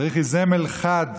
צריך אזמל חד